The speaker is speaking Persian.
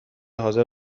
حاضر